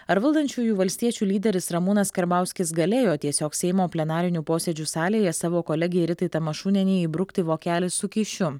ar valdančiųjų valstiečių lyderis ramūnas karbauskis galėjo tiesiog seimo plenarinių posėdžių salėje savo kolegei ritai tamašūnienei įbrukti vokelį su kyšiu